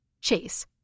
Chase